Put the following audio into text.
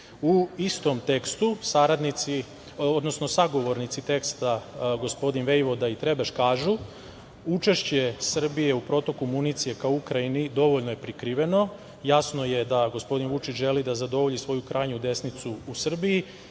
istom tekstu, sagovornici teksta, gospodin Vejvoda i Trebeš kažu - Učešće Srbije u protoku municije ka Ukrajini dovoljno je prikriveno. Jasno je da gospodin Vučić želi da zadovolji svoju krajnju desnicu u Srbiji,